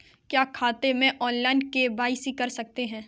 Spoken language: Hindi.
क्या खाते में ऑनलाइन के.वाई.सी कर सकते हैं?